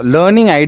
Learning